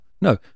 No